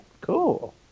Cool